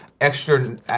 extra